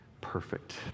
perfect